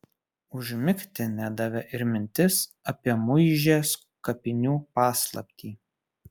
užmigti nedavė ir mintis apie muižės kapinių paslaptį